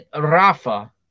Rafa